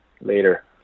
later